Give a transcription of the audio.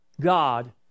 God